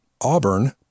Auburn